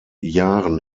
jahren